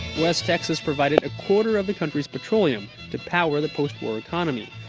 west texas provided a quarter of the country's petroleum to power the postwar economy.